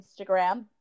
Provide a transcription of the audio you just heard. instagram